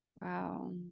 Wow